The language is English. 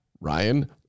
Ryan